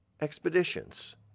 expeditions